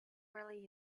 really